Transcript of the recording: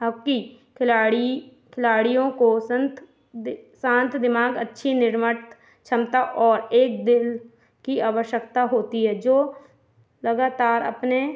hockey खिलाड़ी खिलाड़ियों को शंत शांत दिमाग़ अच्छी क्षमता और एक दिल की आवश्यकता होती है जो लगातार अपने